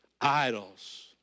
idols